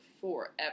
forever